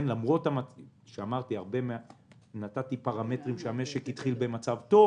למרות שנתתי הרבה פרמטרים שהמשק התחיל במצב טוב